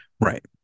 right